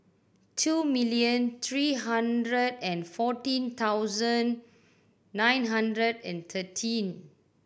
two million three hundred and fourteen thousand nine hundred and thirteen